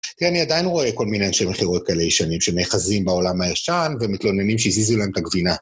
תראה, אני עדיין רואה כל מיני אנשי מכירות כאלה ישנים שנאחזים בעולם הישן ומתלוננים שהזיזו להם את הגבינה.